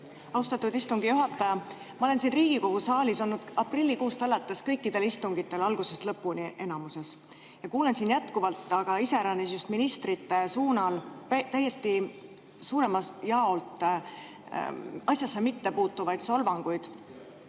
Austatud istungi juhataja! Ma olen siin Riigikogu saalis olnud aprillikuust alates kõikidel istungitel algusest lõpuni, enamuses. Kuulen siin jätkuvalt, aga iseäranis just ministrite suunal suuremalt jaolt täiesti asjasse mittepuutuvaid solvanguid.